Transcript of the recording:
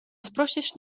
спрашиваешь